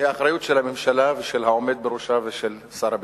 היא האחריות של הממשלה ושל העומד בראשה ושל שר הביטחון.